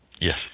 Yes